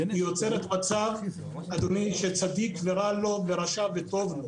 זה יוצר מצב, אדוני, שצדיק ורע לו ורשע וטוב לו.